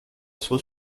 saut